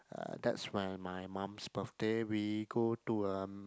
uh that's when my mum's birthday we go to um